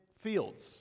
fields